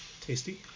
tasty